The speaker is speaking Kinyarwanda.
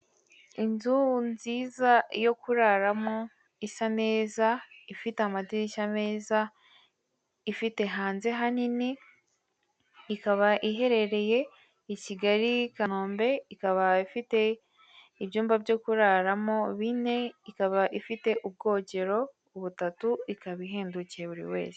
Inzu nziza yo kuraramo isa neza ifite amadirishya meza ifite hanze hanini ikaba iherereye i Kigali Kanombe ikaba ifite ibyumba byo kuraramo bine ikaba ifite ubwogero butatu ikaba ihendukiye buri wese.